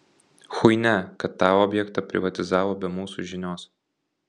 chuinia kad tą objektą privatizavo be mūsų žinios